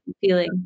feeling